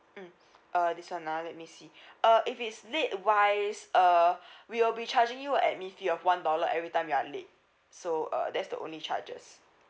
mm uh this one uh let me see uh if it's late wise uh we will be charging you admin fee of one dollar every time you are late so uh that's the only charges